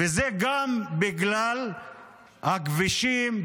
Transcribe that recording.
וזה גם בגלל הכבישים,